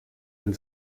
den